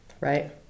right